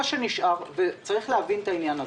מה שנשאר, וצריך להבין את העניין הזה,